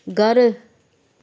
घरु